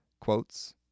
quotes